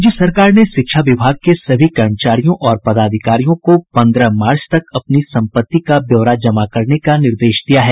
राज्य सरकार ने शिक्षा विभाग के सभी कर्मचारियों और पदाधिकारियों को पन्द्रह मार्च तक अपनी संपत्ति का ब्यौरा जमा करने का निर्देश दिया है